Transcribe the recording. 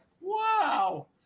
Wow